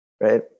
right